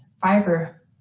fiber